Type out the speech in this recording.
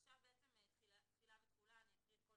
עכשיו נדבר על תחילה ותחולה.